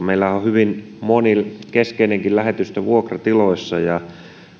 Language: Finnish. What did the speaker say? meillähän on hyvin moni keskeinenkin lähetystö vuokratiloissa ja